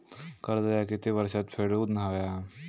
कर्ज ह्या किती वर्षात फेडून हव्या?